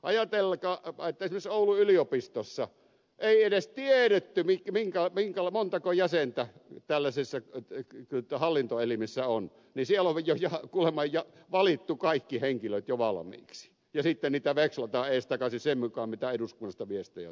ajatelkaa että esimerkiksi oulun yliopistossa ei edes tiedetty montako jäsentä tällaisessa hallintoelimessä on ja siellä on kuulemma valittu kaikki henkilöt jo valmiiksi ja sitten niitä vekslataan eestakaisin sen mukaan mitä eduskunnasta viestejä tulee